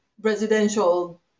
residential